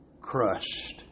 crushed